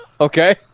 Okay